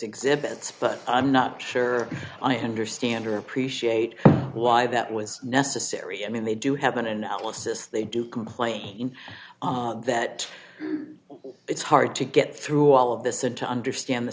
exhibits but i'm not sure i understand or appreciate why that was necessary i mean they do have an analysis they do complain that it's hard to get through all of this and to understand the